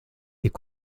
est